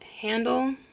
handle